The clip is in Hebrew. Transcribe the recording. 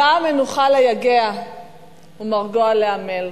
"באה מנוחה ליגע ומרגוע לעמל",